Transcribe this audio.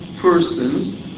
persons